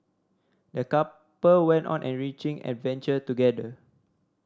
the couple went on an enriching adventure together